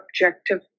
objective